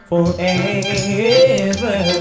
Forever